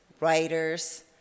writers